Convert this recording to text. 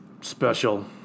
special